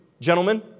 gentlemen